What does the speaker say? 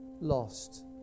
lost